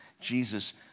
Jesus